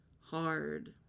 hard